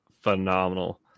phenomenal